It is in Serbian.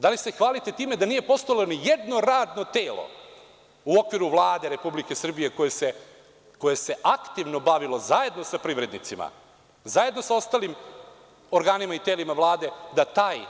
Da li se hvalite time da nije postojalo nijedno radno telo u okviru Vlade RS koje se aktivno bavilo zajedno sa privrednicima, zajedno sa ostalim ogranima i telima Vlade da taj